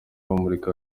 bamurika